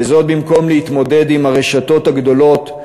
וזאת, במקום להתמודד עם הרשתות הגדולות,